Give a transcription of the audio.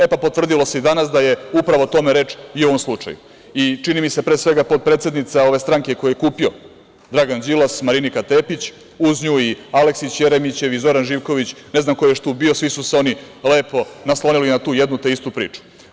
E, pa potvrdilo se i danas da je upravo o tome reč i u ovom slučaju, i čini mi se, pre svega, potpredsednica ove stranke koju je kupio Dragan Đilas, Marinika Tepić, uz nju i Aleksić, Jeremić, Zoran Živković, ne znam ko je još tu bio, svi su se oni lepo naslonila na tu jedno te istu priču.